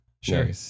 sure